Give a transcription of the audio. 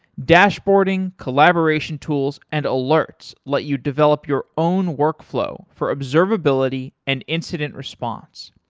dashboarding, collaboration tools, and alerts let you develop your own workflow for observability and incident response.